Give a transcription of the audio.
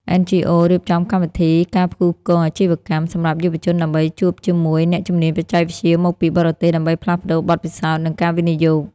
NGOs រៀបចំកម្មវិធី "ការផ្គូផ្គងអាជីវកម្ម" សម្រាប់យុវជនដើម្បីជួបជាមួយអ្នកជំនាញបច្ចេកវិទ្យាមកពីបរទេស ដើម្បីផ្លាស់ប្តូរបទពិសោធន៍ និងការវិនិយោគ។